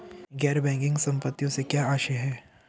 गैर बैंकिंग संपत्तियों से क्या आशय है?